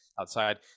outside